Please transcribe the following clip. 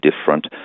different